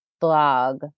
blog